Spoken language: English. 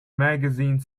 magazine